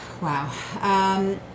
Wow